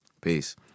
Peace